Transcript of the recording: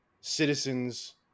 citizen's